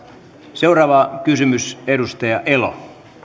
seuraava kysymys edustaja elo